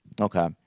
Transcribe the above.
Okay